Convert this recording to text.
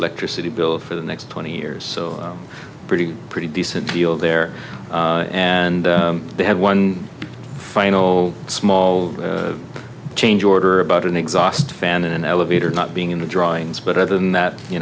electricity bill for the next twenty years so pretty pretty decent deal there and they have one final small change order about an exhaust fan in an elevator not being in the drawings but other than that you